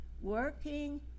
working